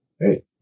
hey